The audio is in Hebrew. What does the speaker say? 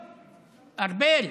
ארבל,